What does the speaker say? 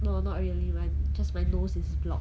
no not really my just my nose is blocked